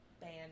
band